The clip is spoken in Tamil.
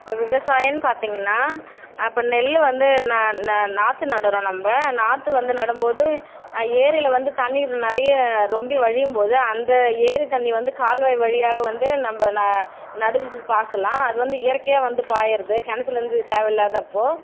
இப்போ விவசாயம்னு பார்த்திங்கன்னா இப்போ நெல் வந்து நான் நான் நாற்று நடுறோம் நம்ம நாற்று வந்து நடும்போது ஏரியில் வந்து தண்ணி நிறைய ரொம்பி வழியும் போது அந்த ஏரி தண்ணி வந்து கால்வாய் வழியாக வந்து நம்ம ந நடவுக்கு பாய்ச்சலாம் அது வந்து இயற்கையாக வந்து பாயுறது கெணத்துலேருந்து தேவையில்லாதப்போ